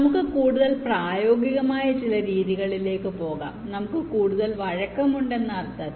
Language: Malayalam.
നമുക്ക് കൂടുതൽ പ്രായോഗികമായ ചില രീതികളിലേക്ക് പോകാം നമുക്ക് കൂടുതൽ വഴക്കം ഉണ്ട് എന്ന അർത്ഥത്തിൽ